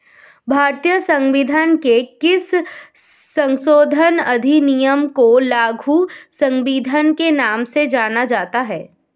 भारतीय संविधान के किस संशोधन अधिनियम को लघु संविधान के नाम से जाना जाता है?